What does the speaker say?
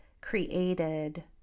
created